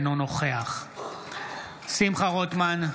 אינו נוכח שמחה רוטמן,